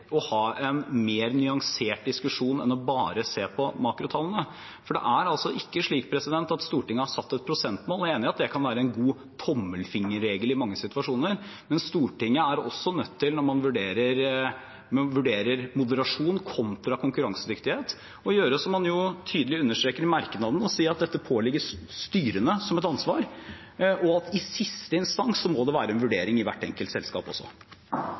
å ha en mer nyansert diskusjon enn bare å se på makrotallene, for det er ikke slik at Stortinget har satt et prosentmål. Jeg er enig i at det kan være en god tommelfingerregel i mange situasjoner. Men Stortinget er også nødt til, når man vurderer moderasjon kontra konkurransedyktighet, å si som man tydelig understreker i merknaden, at dette ansvaret pålegges styrene, og at det i siste instans må være en vurdering i hvert enkelt selskap.